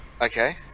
Okay